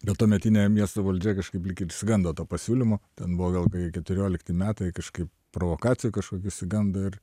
bet tuometinė miesto valdžia kažkaip lyg ir išsigando to pasiūlymo ten buvo gal keturiolikti metai kažkaip provokacijų kažkokių išsigando ir